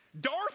Darth